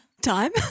time